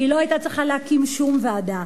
היא לא היתה צריכה להקים שום ועדה.